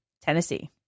Tennessee